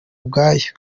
ubwabyo